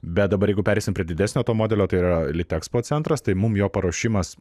bet dabar jeigu pereisim prie didesnio to modelio tai yra litexpo centras tai mum jo paruošimas